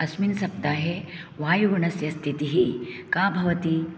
अस्मिन् सप्ताहे वायुगुणस्य स्थितिः का भवति